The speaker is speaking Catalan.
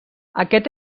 aquest